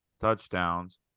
touchdowns